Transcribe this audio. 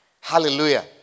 Hallelujah